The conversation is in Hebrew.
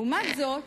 לעומת זאת,